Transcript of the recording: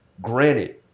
Granted